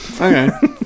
Okay